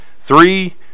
Three